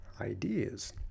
ideas